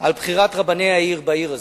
על בחירת רבני העיר בעיר הזאת.